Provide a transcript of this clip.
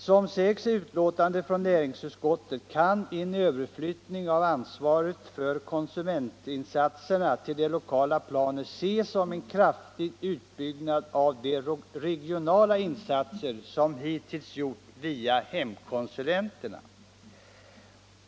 Som sägs i betänkandet från näringsutskottet kan en överflyttning av ansvaret för konsumentinsatserna till det lokala planet ses som en kraftig utbyggnad av de regionala insatser som hittills gjorts via hemkonsulenterna.